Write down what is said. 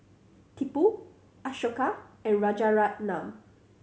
Tipu Ashoka and Rajaratnam